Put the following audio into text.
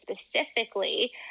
specifically